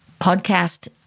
podcast